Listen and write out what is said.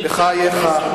בחייך.